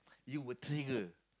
you will trigger